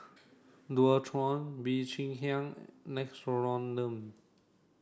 Dualtron Bee Cheng Hiang Nixoderm